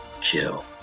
kill